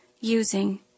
using